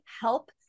help